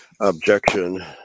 objection